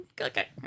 Okay